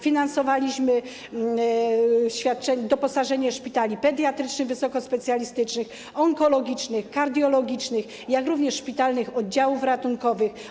Finansowaliśmy doposażenia szpitali pediatrycznych wysokospecjalistycznych, onkologicznych, kardiologicznych, jak również szpitalnych oddziałów ratunkowych.